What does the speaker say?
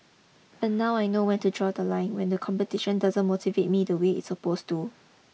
but now I know when to draw the line when the competition doesn't motivate me the way it's supposed to